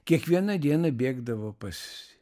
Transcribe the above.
kiekvieną dieną bėgdavo pas